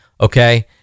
Okay